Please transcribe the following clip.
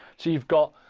so you've got,